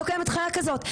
לא קיימת חיה כזאת,